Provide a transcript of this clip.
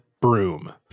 broom